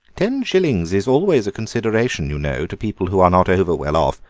ten shillings is always a consideration, you know, to people who are not over well off.